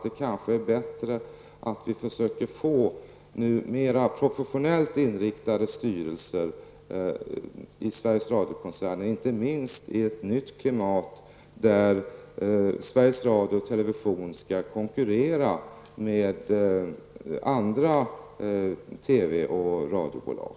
Det kanske är bättre att vi försöker få mer professionellt inriktade styrelser i Sveriges Radiokoncernen, och inte minst ett nytt klimat där Sveriges Radio och Sveriges Television skall konkurrera med andra TV och radiobolag.